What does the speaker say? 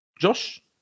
Josh